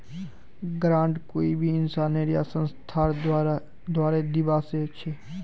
grant कोई भी इंसानेर या संस्थार द्वारे दीबा स ख छ